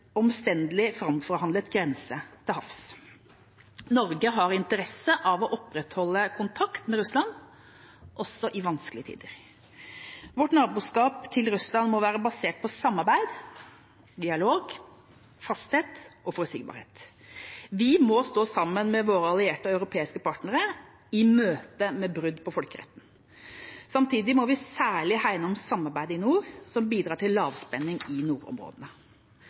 omstendelig framforhandlet grense til havs. Norge har interesse av å opprettholde kontakt med Russland, også i vanskelige tider. Vårt naboskap med Russland må være basert på samarbeid, dialog, fasthet og forutsigbarhet. Vi må stå sammen med våre allierte europeiske partnere i møte med brudd på folkeretten. Samtidig må vi særlig hegne om samarbeidet i nord, som bidrar til lavspenning i nordområdene.